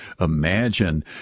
imagine